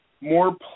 more